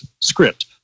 script